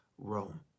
Rome